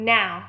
Now